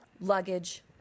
luggage